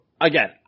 again